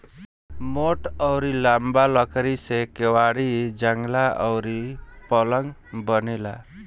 मोट अउरी लंबा लकड़ी से केवाड़ी, जंगला अउरी पलंग बनेला